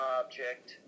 object